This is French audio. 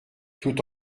tout